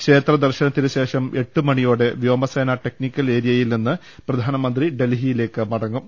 ക്ഷേത്ര ദർശനത്തിന് ശേഷം എട്ട് മണിയോടെ വ്യോമസേനാ ടെക്നിക്കൽ ഏരിയയിൽ നിന്ന് പ്രധാനമന്ത്രി ഡൽഹിയിലേക്ക് മടങ്ങും